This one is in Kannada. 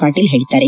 ಪಾಟೀಲ್ ಹೇಳಿದ್ದಾರೆ